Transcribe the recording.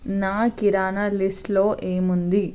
నా కిరాణా లిస్ట్లో ఏముంది